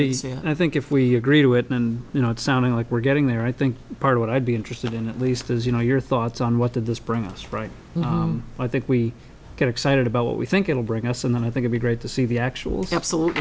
the reason i think if we agree to it and you know it's sounding like we're getting there i think part of what i'd be interested in at least is you know your thoughts on what the this brings us right i think we get excited about what we think it will bring us and then i think i'd be great to see the actual absolute